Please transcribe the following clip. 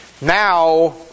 Now